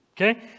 Okay